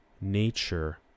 nature